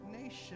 nation